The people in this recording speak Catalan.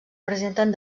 presenten